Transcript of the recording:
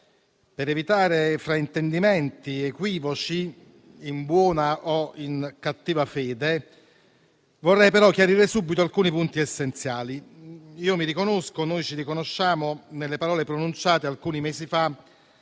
Per evitare fraintendimenti o equivoci, in buona o in cattiva fede, vorrei chiarire subito alcuni punti essenziali. Noi ci riconosciamo nelle parole pronunciate alcuni mesi fa